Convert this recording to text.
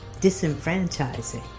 disenfranchising